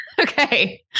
Okay